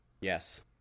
yes